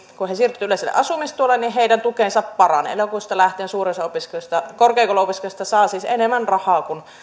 kun he siirtyvät yleiselle asumistuelle niin heidän tukensa paranee elokuusta lähtien suurin osa korkeakouluopiskelijoista saa siis enemmän rahaa kuin